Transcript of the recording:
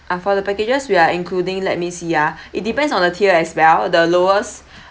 ah for the packages we are including let me see ah it depends on the tier as well the lowest